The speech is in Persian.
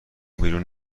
بیرون